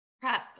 prep